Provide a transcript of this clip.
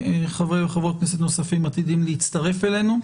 חברי וחברות כנסת נוספים עתידים להצטרף אלינו.